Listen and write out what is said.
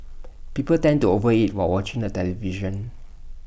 people tend to over eat while watching the television